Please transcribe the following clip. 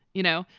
you know,